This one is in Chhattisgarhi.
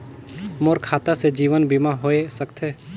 मोर खाता से जीवन बीमा होए सकथे?